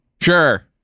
sure